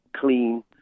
clean